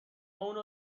اونو